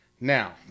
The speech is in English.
Now